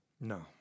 No